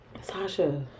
Sasha